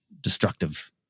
destructive